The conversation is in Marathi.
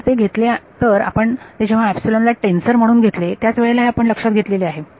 तर ते घेतले तर आपण ते जेव्हा ला टेन्सर म्हणून घेतले त्याच वेळेला हे आपण लक्षात घेतलेले आहे